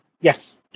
Yes